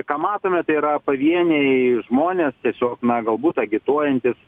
ką matome tai yra pavieniai žmonės tiesiog na galbūt agituojantys